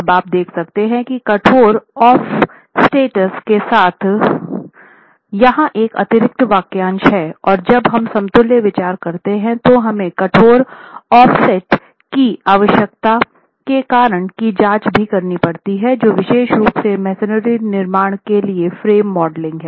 अब आप देख सकते हैं कि कठोर ऑफ़सेट्स के साथ यहां एक अतिरिक्त वाक्यांश है और जब हम समतुल्य विचार करते हैं तो हमें कठोर ऑफसेट की आवश्यकता के कारण की जांच भी करनी पड़ती है जो विशेष रूप से मेसनरी निर्माण के साथ फ्रेम मॉडलिंग है